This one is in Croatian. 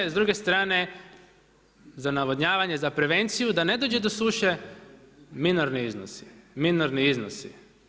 S druge strane za navodnjavanje, za prevenciju da ne dođe do suše minorni iznosi, minorni iznosi.